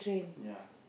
ya